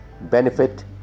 benefit